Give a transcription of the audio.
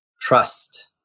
trust